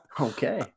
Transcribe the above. Okay